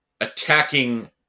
attacking